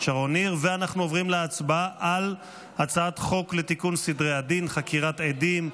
אני קובע כי הצעת חוק לתיקון סדרי הדין (חקירת עדים)